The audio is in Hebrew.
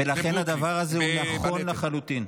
ולכן הדבר הזה הוא נכון לחלוטין.